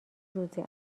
روزی